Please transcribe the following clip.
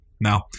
Now